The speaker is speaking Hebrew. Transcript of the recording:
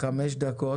חמש דקות.